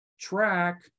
track